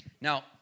Now